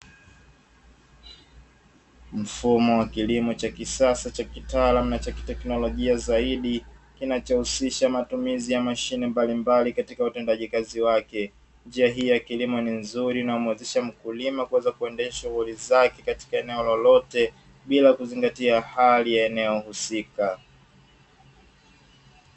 Mfumo wa kilimo cha kisasa cha kitaalamu na cha kiteknolojia zaidi kinachohusisha matumizi ya mashine mbalimbali katika utendaji kazi wake. Njia hii ya kilimo ni nzuri inayomwezesha mkulima kuweza kuendesha shughuli zake katika eneo lolote bila kuzingatia hali ya eneo husika